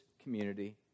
community